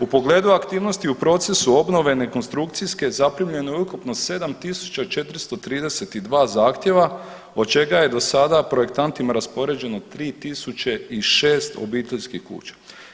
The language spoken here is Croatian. U pogledu aktivnosti u procesu obnove nekonstrukcijske zaprimljeno je ukupno 7432 zahtjeva od čega je do sada projektantima raspoređeno 3006 obiteljskih kuća.